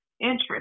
interest